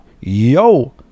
Yo